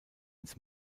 ins